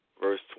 verse